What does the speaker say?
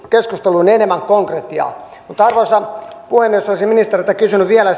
keskusteluun enemmän konkretiaa arvoisa puhemies olisin ministeriltä kysynyt vielä